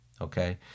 Okay